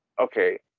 okay